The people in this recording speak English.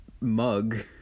mug